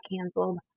canceled